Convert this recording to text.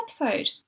episode